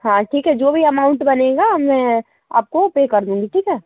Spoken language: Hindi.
हाँ ठीक है जो भी अमाउन्ट बनेगा मैं आपको पे कर दूँगी ठीक है